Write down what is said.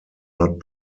not